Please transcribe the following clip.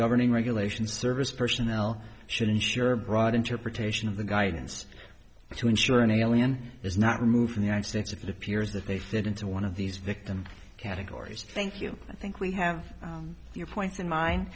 governing regulations service personnel should ensure a broad interpretation of the guidance to ensure an alien is not removed from the united states if it appears that they fit into one of these victim categories thank you i think we have your point in mind